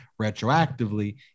retroactively